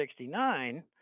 1969